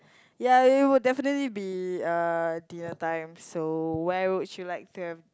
ya it would definitely be uh dinner time so where would you like to have